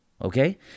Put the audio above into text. Okay